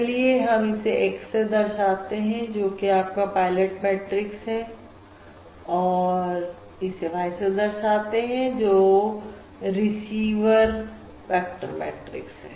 चलिए हम इसे X से दर्शाते हैं जो कि आपका पायलट मैट्रिक्स है और इसे Y से दर्शाते हैं जो रिसीवर वेक्टर मैट्रिक्स है